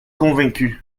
convaincus